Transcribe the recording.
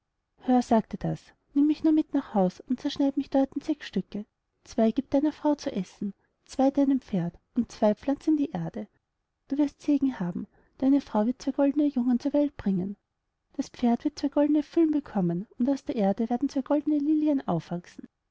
sagte das nimm mich nur mit nach haus und zerschneid mich dort in sechs stücke zwei gieb deiner frau zu essen zwei deinem pferd und zwei pflanz in die erde du wirst segen davon haben deine frau wird zwei goldene jungen zur welt bringen das pferd wird zwei goldene füllen bekommen und aus der erde werden zwei goldene lilien aufwachsen